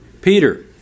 Peter